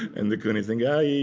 and de kooning is thinking, i yeah